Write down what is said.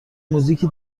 موزیکی